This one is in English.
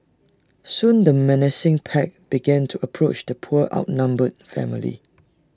soon the menacing pack began to approach the poor outnumbered family